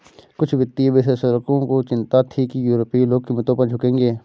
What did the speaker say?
कुछ वित्तीय विश्लेषकों को चिंता थी कि यूरोपीय लोग कीमतों पर झुकेंगे